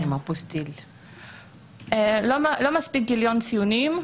שלא מספיק גיליון ציונים,